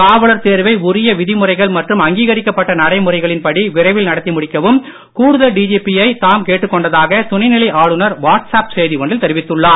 காவலர் தேர்வை உரிய விதிமுறைகள் மற்றும் அங்கீகரிக்கப்பட்ட நடைமுறைகளின் படி விரைவில் நடத்தி முடிக்கவும் கூடுதல் டிஜிபியை தாம் கேட்டுக் கொண்டதாக துணைநிலை ஆளுநர் வாட்ஸ்ஆப் செய்தி ஒன்றில் தெரிவித்துள்ளார்